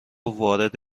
وارد